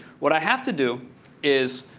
what i have to do is,